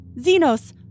Xenos